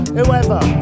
whoever